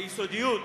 ביסודיות,